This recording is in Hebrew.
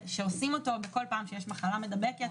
שעושים אותו כל פעם כשיש מחלה מדבקת,